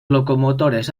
locomotores